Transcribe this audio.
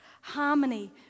harmony